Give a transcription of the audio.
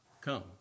come